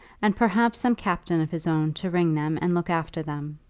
and perhaps some captain of his own to ring them and look after them.